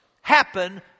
happen